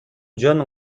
жөн